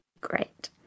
great